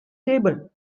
table